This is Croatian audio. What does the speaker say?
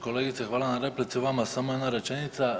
Kolegice, hvala na replici, vama samo jedna rečenica.